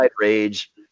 rage